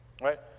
right